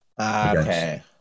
Okay